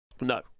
no